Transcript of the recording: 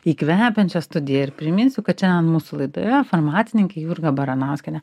į kvepiančią studiją ir priminsiu kad šiandien mūsų laidoje farmacininkė jurga baranauskienė